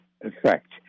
effect